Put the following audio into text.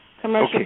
commercial